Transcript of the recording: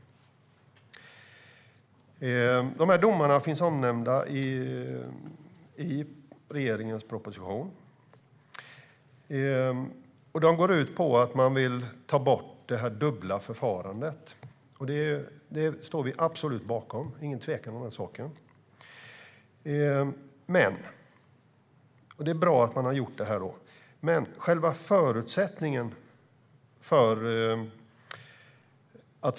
De domarna finns omnämnda i regeringens proposition, och de går ut på att man vill ta bort det dubbla förfarandet. Det står vi absolut bakom; det är ingen tvekan om den saken. Det är bra att man har gjort detta.